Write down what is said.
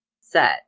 set